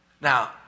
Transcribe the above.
Now